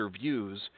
views